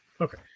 Okay